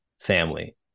family